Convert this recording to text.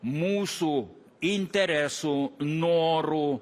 mūsų interesų norų